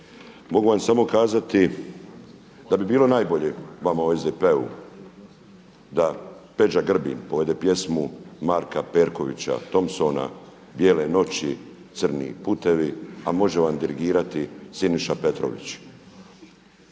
Mogu vam samo kazati da bi bilo najbolje vama u SDP-u da Peđa Grbin povede pjesmu Marka Perkovića Thompsona „Bijele noći crni putevi“, a može vam dirigirati Siniša Petrović